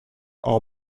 all